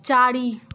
चारि